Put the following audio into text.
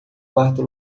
quarto